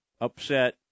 upset